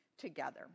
together